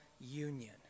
union